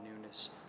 newness